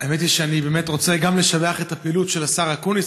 האמת היא שאני באמת רוצה לשבח את הפעילות של השר אקוניס,